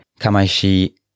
Kamaishi